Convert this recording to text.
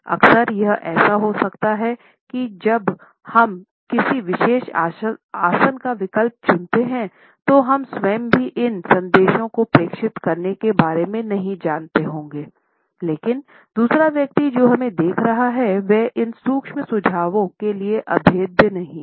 अक्सर यह ऐसा हो सकता है कि जब हम किसी विशेष आसन का विकल्प चुनते हैं तो हम स्वयं भी इन संदेशों को प्रेषित करने के बारे में नहीं जानते होंगे लेकिन दूसरा व्यक्ति जो हमें देख रहा है वह इन सूक्ष्म सुझावों के लिए अभेद्य नहीं है